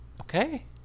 Okay